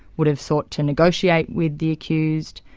would have sought to negotiate with the accused,